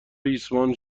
ریسمان